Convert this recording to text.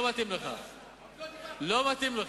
לא מתאים לך,